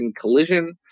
Collision